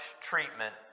treatment